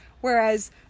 Whereas